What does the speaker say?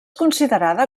considerada